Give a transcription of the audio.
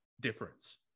difference